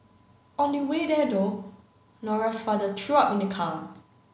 on the way there though Nora's father threw up in the car